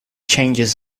changes